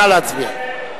נא להצביע.